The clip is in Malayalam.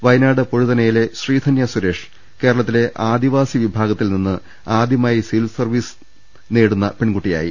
വയനാട് പൊഴുതനയിലെ ശ്രീധന്യ സുരേഷ് കേരളത്തിലെ ആദി വാസി വിഭാഗത്തിൽനിന്ന് ആദ്യമായി സിവിൽ സർവീസ് നേടുന്ന പെൺകു ട്ടിയായി